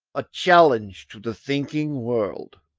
a challenge to the thinking world.